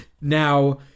Now